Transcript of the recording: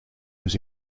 was